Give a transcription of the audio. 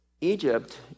Egypt